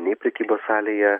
nei prekybos salėje